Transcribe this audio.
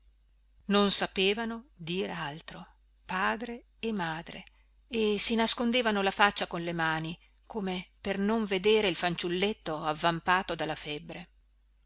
non sapevano dir altro padre e madre e si nascondevano la faccia con le mani come per non vedere il fanciulletto avvampato dalla febbre